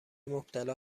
مبتلا